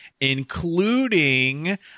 including